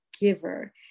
giver